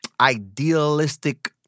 idealistic